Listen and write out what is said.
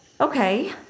Okay